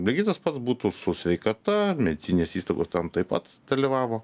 lygiai tas pats būtų su sveikata medicininės įstaigos tam taip pat dalyvavo